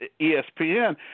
ESPN